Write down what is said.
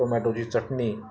टोमॅटोची चटणी